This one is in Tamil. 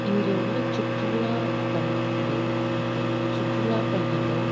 இங்கே உள்ள சுற்றுலாத்தலங்களில் சுற்றுலா பயணிகள்